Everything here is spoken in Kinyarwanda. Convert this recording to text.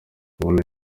ubundi